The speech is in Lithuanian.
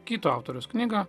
kito autoriaus knygą